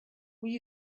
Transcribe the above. will